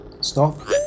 Stop